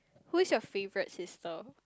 who is your favorite sister